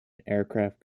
aircraft